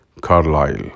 Carlyle